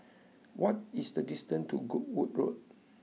what is the distance to Goodwood Road